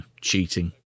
cheating